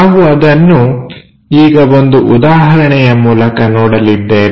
ನಾವು ಅದನ್ನು ಈಗ ಒಂದು ಉದಾಹರಣೆಯ ಮೂಲಕ ನೋಡಲಿದ್ದೇವೆ